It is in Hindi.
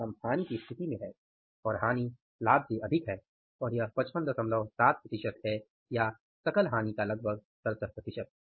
हम हानि की स्थिति में हैं और हानि लाभ से अधिक है और यह 557 प्रतिशत है या सकल हानि का लगभग 67 प्रतिशत है